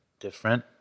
different